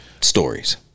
stories